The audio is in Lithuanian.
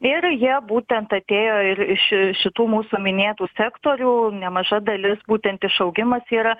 ir jie būtent atėjo ir iš šitų mūsų minėtų sektorių nemaža dalis būtent išaugimas yra